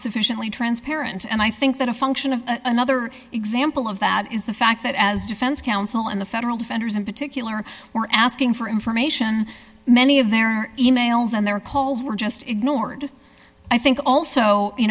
sufficiently transparent and i think that a function of another example of that is the fact that as defense counsel and the federal defenders in particular were asking for information many of their e mails and their calls were just ignored i think also you